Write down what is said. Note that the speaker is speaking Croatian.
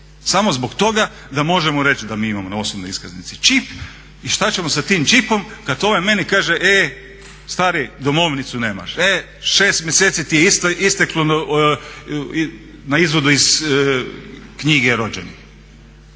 Samo zbog toga da možemo reći da mi imamo na osobnoj iskaznici čip i šta ćemo sa tim čipom kada ovaj meni kaže e stari domovnicu nemaš, e 6 mjeseci ti je isteklo na izvodu iz knjige rođenih.